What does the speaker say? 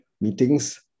meetings